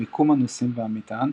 ומיקום הנוסעים והמטען,